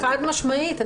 חד משמעית.